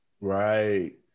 Right